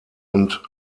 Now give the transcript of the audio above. und